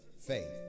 faith